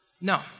No